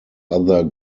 other